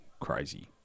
Crazy